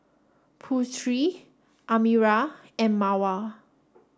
Putri Amirah and Mawar